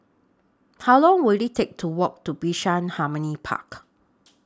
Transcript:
How Long Will IT Take to Walk to Bishan Harmony Park